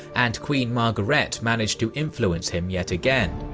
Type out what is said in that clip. and queen margaret managed to influence him yet again.